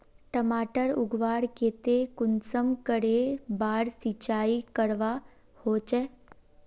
टमाटर उगवार केते कुंसम करे बार सिंचाई करवा होचए?